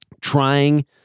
trying